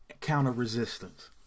counter-resistance